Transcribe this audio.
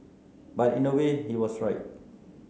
but in a way he was right